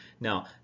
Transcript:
Now